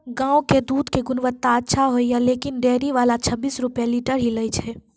गांव के दूध के गुणवत्ता अच्छा होय या लेकिन डेयरी वाला छब्बीस रुपिया लीटर ही लेय छै?